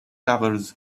covers